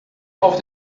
auf